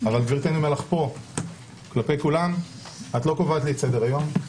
אבל גברתי אני אומר לך פה שאת לא קובעת לי את סדר היום.